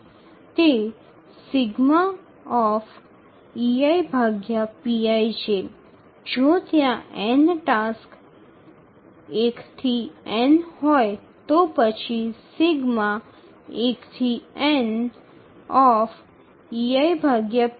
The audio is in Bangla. এটি হল যদি n সংখ্যক টাস্ক থাকে 1 থেকে n তাহলে বলা যায়